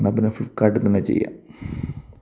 എന്നാൽ പിന്നെ ഫ്ലിപ്പ്കാർട്ടിൽ തന്നെ ചെയ്യാം